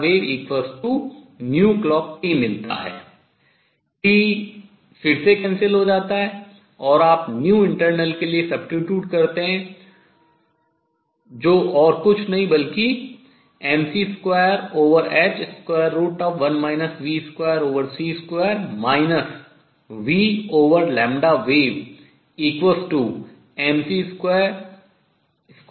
t फिर से cancel रद्द हो जाता है और आप internal के लिए substitute प्रतिस्थापित करते हैं जो और कुछ भी नहीं बल्कि mc2h1 v2c2 vwavemc21 v2c2h है